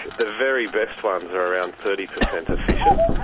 the very best ones are around thirty percent efficient.